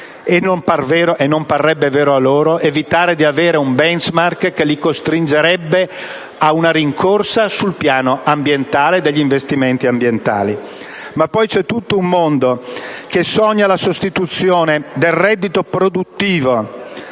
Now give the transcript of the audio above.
E non parrebbe vero a loro evitare di avere un *benchmark* che li costringerebbe a una rincorsa sul piano degli investimenti ambientali. Ma poi c'è tutto un mondo che sogna la sostituzione del reddito produttivo,